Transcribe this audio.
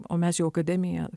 o mes jau akademija